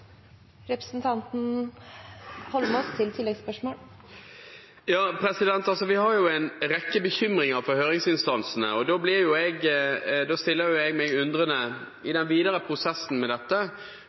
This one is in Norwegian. Vi har fått en rekke bekymringer fra høringsinstansene, og da stiller jeg meg undrende: Kommer statsråden i